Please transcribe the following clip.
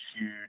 huge